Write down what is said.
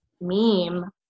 meme